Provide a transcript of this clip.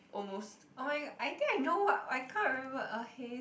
almost